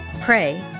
pray